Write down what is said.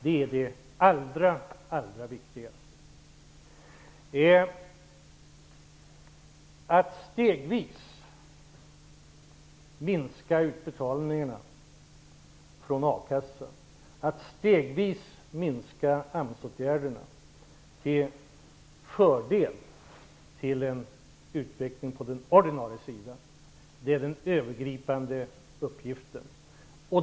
Det är det allra, allra viktigaste. Att stegvis minska utbetalningarna från a-kassan, att stegvis minska AMS-åtgärderna till fördel för en utveckling på den ordinarie sidan är den övergripande uppgiften.